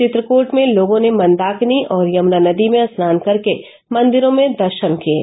चित्रकूट में आज लोगों ने मंदाकिनी और यमुना नदी में स्नान कर के मंदिरों में दर्शन किये